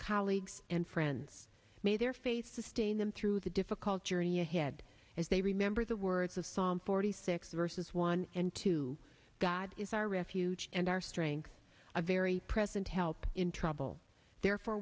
colleagues and friends made their faith sustain them through the difficult journey ahead as they remember the words of song forty six verses one and two god is our refuge and our strength a very present help in trouble therefore